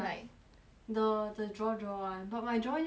the the draw draw [one] but my drawing very ugly